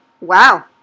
Wow